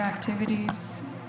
activities